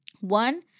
one